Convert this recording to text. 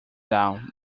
down